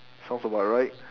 sounds about right